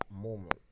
moment